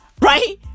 Right